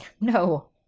no